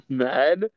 mad